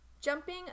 jumping